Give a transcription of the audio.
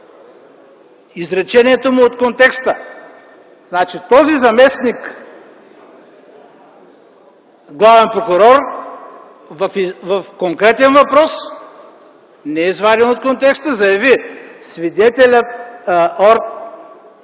изреченията му от контекста. Значи, този заместник-главен прокурор в конкретен въпрос не е изваден от контекста, заяви: агентът под